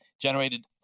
Generated